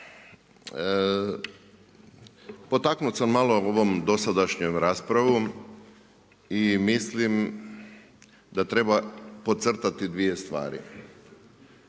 Potaknut sam malo ovo dosadašnjom raspravom i mislim da treba podcrtati dvije stvari.